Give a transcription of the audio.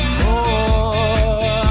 more